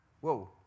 whoa